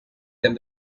them